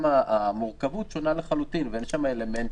המורכבות שונים לחלוטין ואין שם אלמנט